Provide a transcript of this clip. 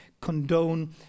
condone